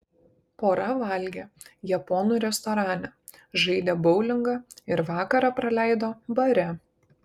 pora valgė japonų restorane žaidė boulingą ir vakarą praleido bare